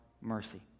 mercy